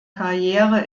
karriere